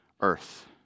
earth